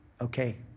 okay